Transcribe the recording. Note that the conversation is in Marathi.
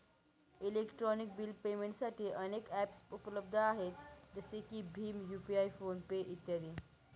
इलेक्ट्रॉनिक बिल पेमेंटसाठी अनेक ॲप्सउपलब्ध आहेत जसे की भीम यू.पि.आय फोन पे इ